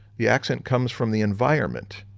the accent comes from the environment.